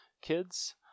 kids